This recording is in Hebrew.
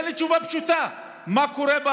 הסמכויות החוקיות,